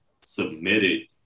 submitted